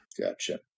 Gotcha